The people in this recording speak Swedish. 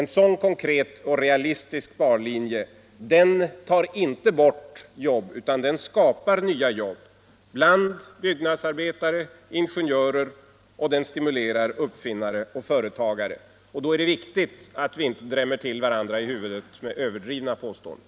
En sådan konkret och realistisk sparlinje tar inte bort jobb utan skapar i stället nya jobb bland byggnadsarbetare och ingenjörer, och den stimulerar uppfinnare och företagare. Och då är det viktigt att vi inte drämmer varandra i huvudet med överdrivna påståenden.